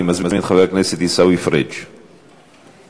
אני מזמין את חבר הכנסת עיסאווי פריג', בבקשה.